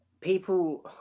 people